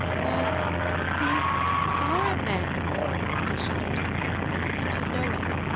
why these are men i shuddered and you know it.